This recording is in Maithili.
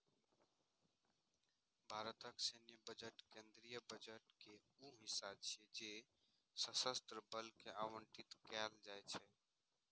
भारतक सैन्य बजट केंद्रीय बजट के ऊ हिस्सा छियै जे सशस्त्र बल कें आवंटित कैल जाइ छै